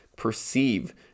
perceive